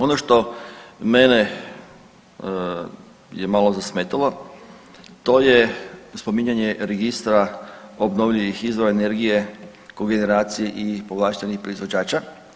Ono što mene je malo zasmetalo, to je spominjanje registra obnovljivih izvora energije kogeneraciji i povlaštenih proizvođača.